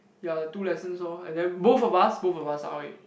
ya two lessons lor and then both of us both of us ah wei